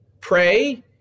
pray